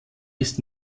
ist